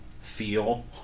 feel